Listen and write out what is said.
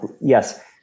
yes